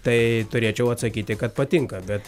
tai turėčiau atsakyti kad patinka bet